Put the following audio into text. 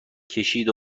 کشید